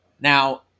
Now